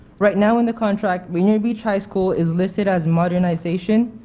right now in the contract rainier beach high school is listed as modernization,